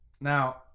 Now